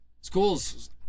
Schools